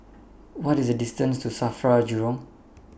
What IS The distance to SAFRA Jurong